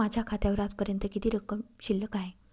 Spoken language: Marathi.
माझ्या खात्यावर आजपर्यंत किती रक्कम शिल्लक आहे?